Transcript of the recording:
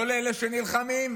לא לאלה שנלחמים?